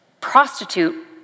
prostitute